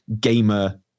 gamer